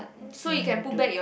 what can you do